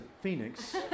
Phoenix